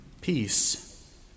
Peace